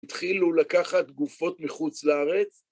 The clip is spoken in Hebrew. התחילו לקחת גופות מחוץ לארץ.